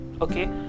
okay